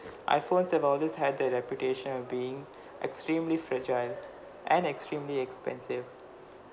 iphones have always had the reputation of being extremely fragile and extremely expensive